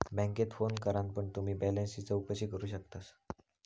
बॅन्केत फोन करान पण तुम्ही बॅलेंसची चौकशी करू शकतास